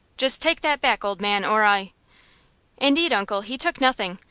just take that back, old man, or i indeed, uncle, he took nothing,